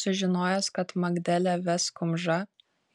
sužinojęs kad magdelę ves kumža